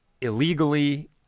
illegally